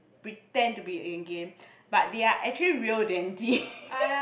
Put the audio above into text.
pretend to be in a game but they are actually real dainty